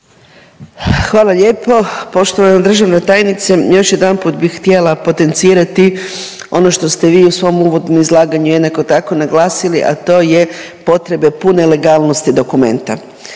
Hvala lijepo. Poštovana državna tajnice, još jedanput bih htjela potencirati ono što ste vi u svom uvodnom izlaganju jednako tako naglasili, a to je potrebe pune legalnosti dokumenta.